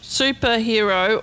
superhero